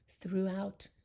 throughout